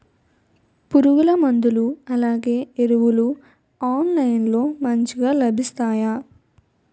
పురుగు మందులు అలానే ఎరువులు ఆన్లైన్ లో మంచిగా లభిస్తాయ?